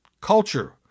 culture